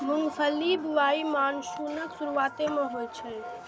मूंगफलीक बुआई मानसूनक शुरुआते मे होइ छै